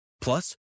Plus